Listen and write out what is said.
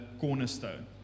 cornerstone